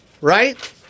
right